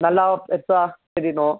நல்லா பெருசாக தெரியணும்